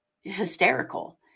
hysterical